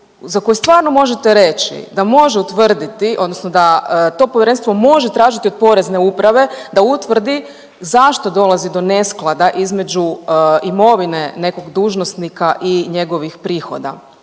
za koji stvarno možete reći da može utvrditi, odnosno da to Povjerenstvo može tražiti od Porezne uprave da utvrdi zašto dolazi do nesklada između imovine nekog dužnosnika i njegovih prihoda.